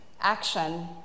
Action